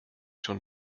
schon